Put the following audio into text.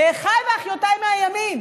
לאחי ואחיותיי מהימין,